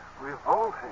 revolting